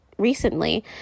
recently